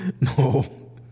No